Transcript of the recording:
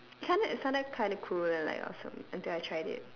kinda sounded kinda cool and like awesome until I tried it